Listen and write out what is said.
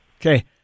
Okay